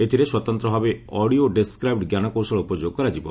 ଏଥିରେ ସ୍ୱତନ୍ତଭାବେ audio described ଞ୍ଜାନକୌଶଳ ଉପଯୋଗ କରାଯିବ